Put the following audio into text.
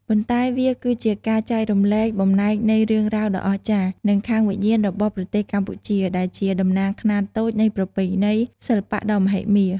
ប៉ុន្តែវាគឺជាការចែករំលែកបំណែកនៃរឿងរ៉ាវដ៏អស្ចារ្យ និងខាងវិញ្ញាណរបស់ប្រទេសកម្ពុជា ដែលជាតំណាងខ្នាតតូចនៃប្រពៃណីសិល្បៈដ៏មហិមា។